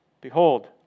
Behold